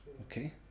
Okay